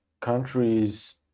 countries